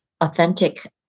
authentic